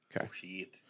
Okay